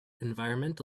environment